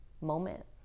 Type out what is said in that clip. moment